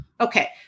Okay